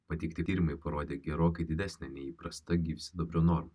pateikti tyrimai parodė gerokai didesnę nei įprasta gyvsidabrio normą